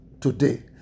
today